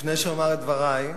לפני שאומר את דברי,